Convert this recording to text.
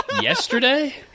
Yesterday